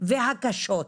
הקשות נרשמות.